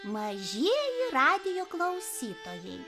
mažieji radijo klausytojai